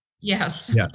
Yes